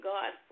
God